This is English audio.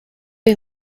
you